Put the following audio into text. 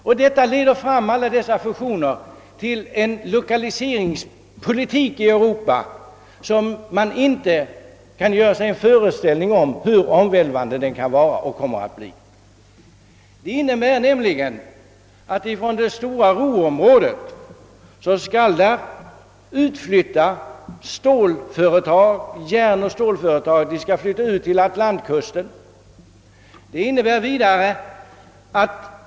Alla dessa fusioner leder fram till en ny lokaliseringspolitik i Europa, och man kan inte göra sig en föreställning om hur omvälvande den kommer att bli. Från det stora Ruhrområdet skall järnoch stålföretag flytta ut till Atlantkusten.